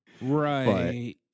Right